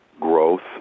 growth